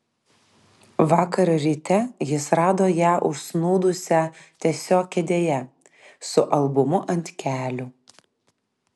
vakar ryte jis rado ją užsnūdusią tiesiog kėdėje su albumu ant kelių